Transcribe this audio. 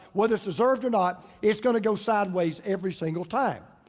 whether it's deserved or not, it's gonna go sideways every single time.